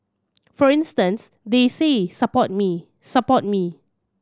for instance they say Support me support me